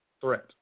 threat